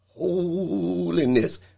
holiness